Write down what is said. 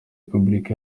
repubulika